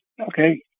Okay